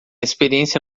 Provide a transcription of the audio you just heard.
experiência